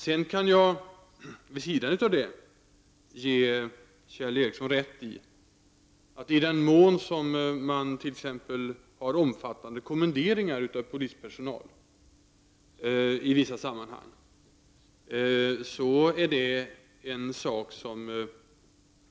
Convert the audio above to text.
Jag kan vid sidan av detta ge Kjell Ericsson rätt i att det kan vålla problem om man t.ex. har omfattande kommenderingar av polispersonal i vissa sammanhang.